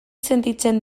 sentitzen